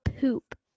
poop